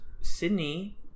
Sydney